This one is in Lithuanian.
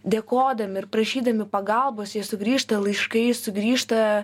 dėkodami ir prašydami pagalbos jie sugrįžta laiškai sugrįžta